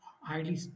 highly